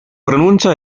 pronuncia